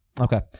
Okay